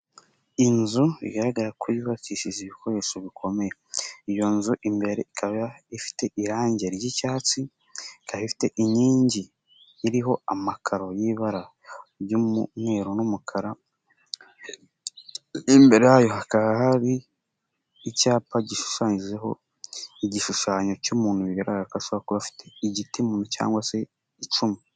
Inzu bigaragara ko yubakishije ibikoresho bikomera. Iyo nzu imbere ikaba ifite irangi ry'icyatsi, ika ifite inkingi iriho amakaro y'ibara ry'umweru n'umukara, imbere yayo hakaba hari icyapa gishushanyije igishushanyo cy'umuntu bigaragara ko ashobora kuba afite igiti mu ntoki cyangwa se icumu.